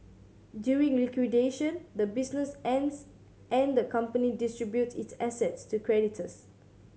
during liquidation the business ends and the company distributes its assets to creditors